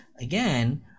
again